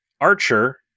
Archer